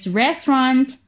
restaurant